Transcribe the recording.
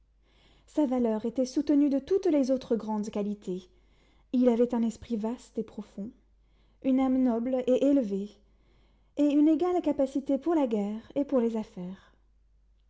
sa valeur était soutenue de toutes les autres grandes qualités il avait un esprit vaste et profond une âme noble et élevée et une égale capacité pour la guerre et pour les affaires